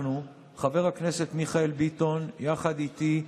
אנחנו, חבר הכנסת מיכאל ביטון יחד איתי,